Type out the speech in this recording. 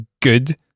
good